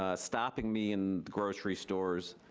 ah stopping me in grocery stores,